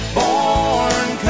born